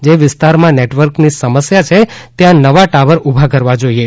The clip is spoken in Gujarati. જે વિસ્તારમાં નેટવર્કની સમસ્યા છે ત્યાં નવા ટાવર ઉભા કરવા જોઇએ